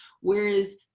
whereas